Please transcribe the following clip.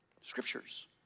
scriptures